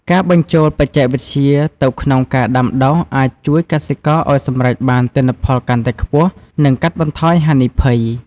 ការបញ្ចូលបច្ចេកវិទ្យាទៅក្នុងការដាំដុះអាចជួយកសិករឱ្យសម្រេចបានទិន្នផលកាន់តែខ្ពស់ និងកាត់បន្ថយហានិភ័យ។